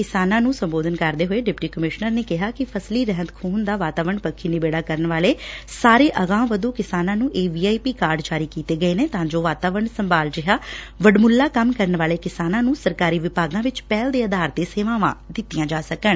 ਕਿਸਾਨਾਂ ਨੂੰ ਸੰਬੋਧਨ ਕਰਦੇ ਹੋਏ ਡਿਪਟੀ ਕਮਿਸ਼ਨਰ ਨੇ ਕਿਹਾ ਕਿ ਫ਼ਸਲੀ ਰਹਿੰਦ ਖੁੰਹਦ ਦਾ ਵਾਤਾਵਰਨ ਪੱਖੀ ਨਿਬੇਤਾ ਕਰਨ ਵਾਲੇ ਸਾਰੇ ਅਗਾਂਹਵਧੂ ਕਿਸਾਨਾਂ ਨੂੰ ਇਹ ਵੀਆਈਪੀ ਕਾਰਡ ਜਾਰੀ ਕੀਤੇ ਜਾ ਰਹੇ ਨੇ ਤਾਂ ਜੋ ਵਾਤਾਵਰਨ ਸੰਭਾਲ ਜਿਹਾ ਵਡਮੁੱਲਾ ਕੰਮ ਕਰਨ ਵੈਾਲੇ ਕਿਸਾਨਾਂ ਨੂੰ ਸਰਕਾਰੀ ਵਿਭਾਗਾਂ ਵਿਚ ਪਹਿਲ ਦੇ ਆਧਾਰ ਤੇ ਸੇਵਾਵਾਂ ਦਿੱਤੀਆਂ ਜਾ ਸਕਣ